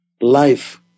Life